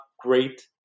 great